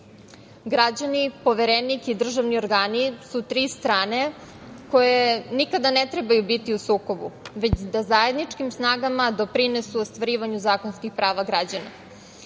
prava. Građani, Poverenik i državni organi su tri strane koje nikada ne trebaju biti u sukobu, već da zajedničkim snagama doprinesu ostvarivanju zakonskih prava